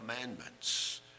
commandments